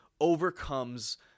overcomes